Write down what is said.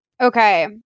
Okay